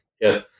yes